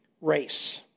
race